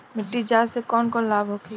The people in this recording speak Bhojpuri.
मिट्टी जाँच से कौन कौनलाभ होखे?